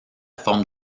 forme